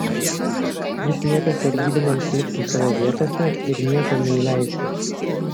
jis liepė sargybiniams likti savo vietose ir nieko neįleisti